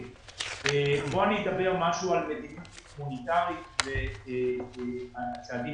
כאן אני אומר משהו על מדיניות מוניטרית ועל הצעדים